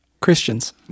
Christians